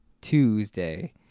Tuesday